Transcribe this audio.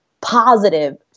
positive